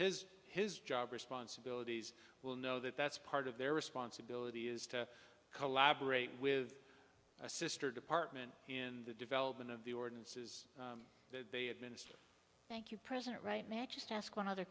has his job responsibilities will know that that's part of their responsibility is to collaborate with a sr department in the development of the ordinances they administer thank you president right now i just ask one other